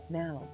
now